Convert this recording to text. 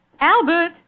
Albert